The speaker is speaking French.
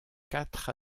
quatre